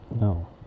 No